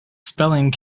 spelling